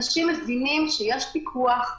אנשים מבינים שיש פיקוח,